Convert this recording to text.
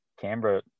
Canberra